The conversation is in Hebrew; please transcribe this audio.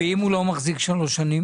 שלוש שנים, ואם הוא לא מחזיק שלוש שנים?